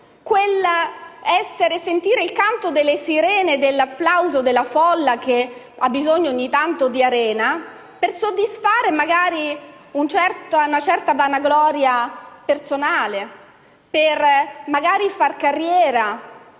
quel sentire il canto delle sirene e dell'applauso della folla, che ha bisogno ogni tanto di arena, per soddisfare una certa vanagloria personale, magari per far carriera,